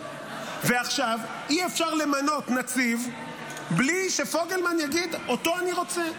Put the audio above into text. ועכשיו אי-אפשר למנות נציב בלי שפוגלמן יגיד: אותו אני רוצה.